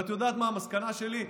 ואת יודעת מה המסקנה שלי?